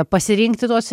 pasirinkti tuos